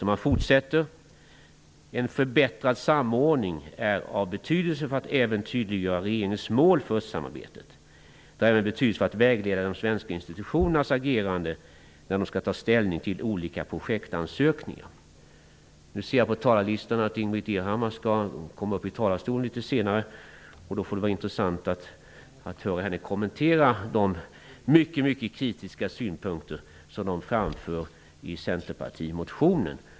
Man fortsätter: En förbättrad samordning är av betydelse för att även tydliggöra regeringens mål för östsamarbetet. Det är av betydelse för att vägleda de svenska institutionernas agerande när de skall ta ställning till olika projektansökningar. Jag ser på talarlistan att Ingbritt Irhammar skall gå upp i talarstolen litet senare. Det vore intressant att höra henne kommentera de mycket mycket kritiska synpunkter som framförs i centerns motion.